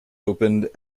opened